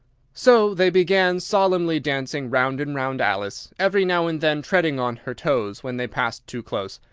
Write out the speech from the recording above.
so they began solemnly dancing round and round alice, every now and then treading on her toes when they passed too close,